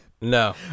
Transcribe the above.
No